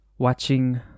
Watching